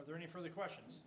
are there any further questions